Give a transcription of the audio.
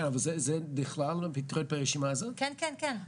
כן אבל זה נכלל הפטריות ברשימה זאת?